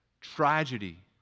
tragedy